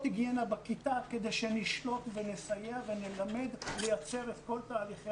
היגיינה בכיתה כדי שנסייע ונלמד לייצר את כל תהליכי